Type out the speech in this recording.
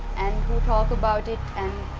and who talk about it, and.